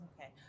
Okay